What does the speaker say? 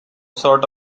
sort